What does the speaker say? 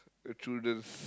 uh through the